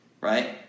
right